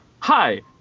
Hi